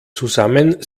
zusammen